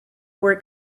were